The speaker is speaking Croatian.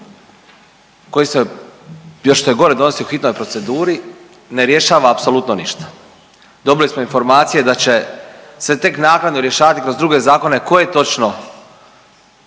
koji se, još se gore donosi u hitnoj proceduri, ne rješava apsolutno ništa. Dobili smo informacije da će se tek naknadno rješavati kroz druge zakone koje točno